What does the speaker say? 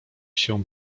się